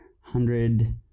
hundred